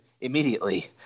immediately